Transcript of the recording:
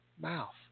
mouth